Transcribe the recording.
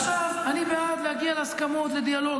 מוציא, עכשיו, אני בעד להגיע להסכמות, לדיאלוג.